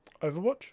Overwatch